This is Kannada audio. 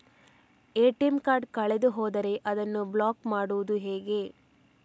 ಎ.ಟಿ.ಎಂ ಕಾರ್ಡ್ ಕಳೆದು ಹೋದರೆ ಅದನ್ನು ಬ್ಲಾಕ್ ಮಾಡುವುದು ಹೇಗೆ?